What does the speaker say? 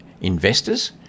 investors